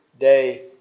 day